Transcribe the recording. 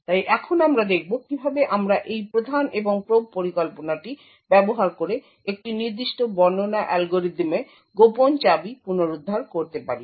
তাই এখন আমরা দেখব কিভাবে আমরা এই প্রধান এবং প্রোব পরিকল্পনাটি ব্যবহার করে একটি নির্দিষ্ট বর্ণনা অ্যালগরিদমে গোপন চাবি পুনরুদ্ধার করতে পারি